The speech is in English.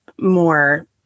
more